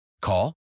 Call